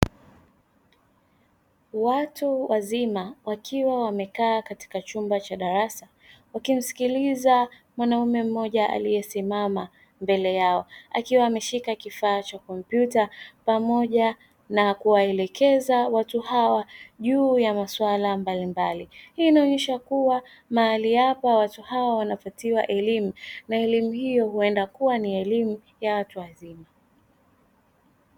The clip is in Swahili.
Watu wazima wakiwa wamekaa katika chumba cha darasa wakimskiliza mwanaume mmoja aliyesimama mbele yao akiwa ameshika kifaa cha kompyuta pamoja na kuwaelekeza watu hawa juu ya maswala mbalimbali, hii inaonyesha kuwa mahali hapa watu hawa wanapatiwa elimu na elimu hiyo huenda kuwa ni elimu ya watu wazima.